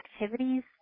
activities